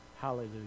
Hallelujah